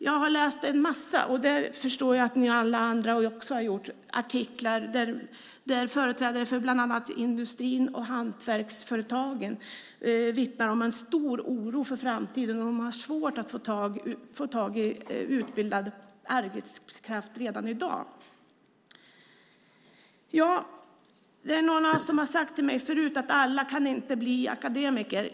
Jag har läst en massa - och det förstår jag att alla andra här också har gjort - artiklar där företrädare för bland annat industrin och hantverksföretagen vittnar om en stor oro för framtiden och om hur svårt det är att få tag i utbildad arbetskraft redan i dag. Någon har sagt till mig förut: Alla kan inte bli akademiker.